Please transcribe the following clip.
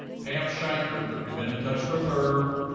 pam shanker, we've been in touch with her,